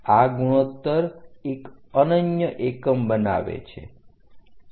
આ ગુણોત્તર એક અનન્ય એકમ બનાવે છે